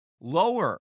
lower